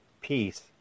Peace